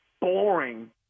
boring